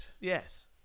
Yes